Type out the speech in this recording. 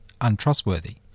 untrustworthy